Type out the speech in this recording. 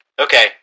Okay